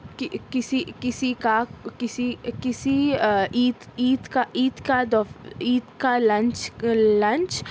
کی کسی کسی کا کسی کسی عید عید کا عید کا عید کا لنچ لنچ